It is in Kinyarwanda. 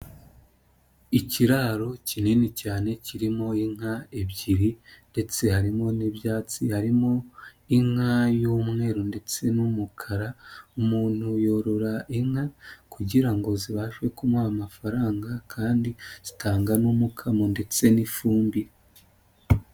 Ikiraro kinini cyane kirimo inka ebyiri ndetse harimo n'ibyatsi, harimo inka y'umweru ndetse n'umukara, umuntu yorora inka kugira ngo zibashe kumuha amafaranga kandi zitanga n'umukamo ndetse n'ifumbire.